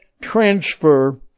transfer